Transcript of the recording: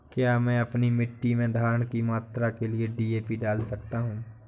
क्या मैं अपनी मिट्टी में धारण की मात्रा बढ़ाने के लिए डी.ए.पी डाल सकता हूँ?